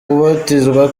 kubatizwa